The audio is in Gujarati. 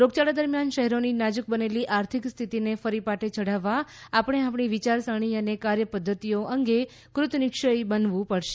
રોગયાળા દરમિયાન શહેરોની નાજક બનેલી આર્થિક સ્થિતિને ફરી પાટે ચઢાવવા આપણે આપણી વિયાર સરણી અને કાર્ય પધ્ધતિઓ અંગે કૃત નિશ્ચયી બનવું પડશે